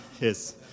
yes